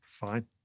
fine